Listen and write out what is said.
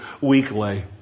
Weekly